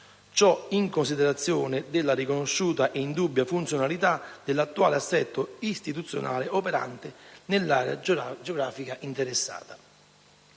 ciò in considerazione della riconosciuta e indubbia funzionalità dell'attuale assetto istituzionale operante nell'area geografica interessata.